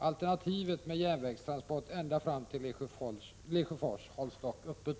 Alternativet med järnvägstransport ända fram till Lesjöfors hålls dock öppet.